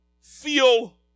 feel